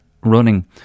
running